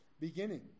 beginning